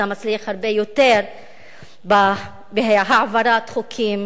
אתה מצליח הרבה יותר בהעברת חוקים